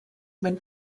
when